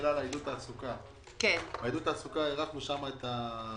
שאלה על עידוד התעסוקה - הארכנו שם את המועד.